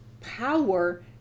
power